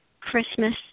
Christmas